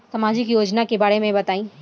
सामाजिक योजना के बारे में बताईं?